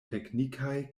teknikaj